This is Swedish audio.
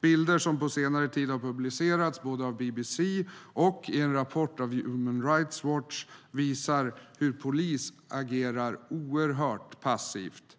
Bilder som på senare tid har publicerats av BBC och i en rapport av Human Rights Watch visar hur polis agerar oerhört passivt